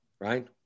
Right